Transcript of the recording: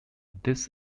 this